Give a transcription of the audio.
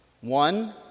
One